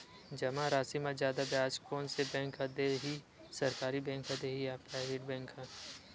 जमा राशि म जादा ब्याज कोन से बैंक ह दे ही, सरकारी बैंक दे हि कि प्राइवेट बैंक देहि?